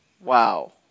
Wow